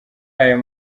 ayo